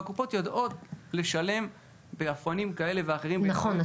והקופות יודעות לשלם באופנים כאלה אחרים --- נכון,